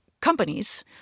companies